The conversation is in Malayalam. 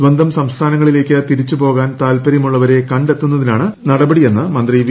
സ്വന്തം സംസ്ഥാനങ്ങളിലേക്ക് തിരിച്ച് പോകാൻ താത്പര്യമുള്ളവരെ കണ്ടെത്തുന്നതിനാണ് നടപടിയെന്ന് മന്ത്രി വി